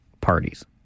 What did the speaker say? parties